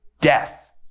death